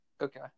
okay